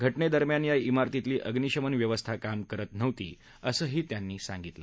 घटनेदरम्यान या इमारतीतली अग्निशमन व्यवस्था काम करत नव्हती असंही त्यांनी सांगितलं